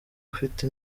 ufite